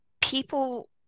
people